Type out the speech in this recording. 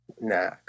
Nah